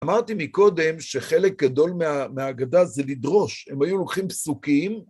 אמרתי מקודם שחלק גדול מההגדה זה לדרוש, הם היו לוקחים פסוקים.